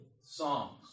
songs